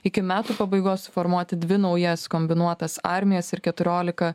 iki metų pabaigos suformuoti dvi naujas kombinuotas armijas ir keturiolika